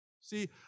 See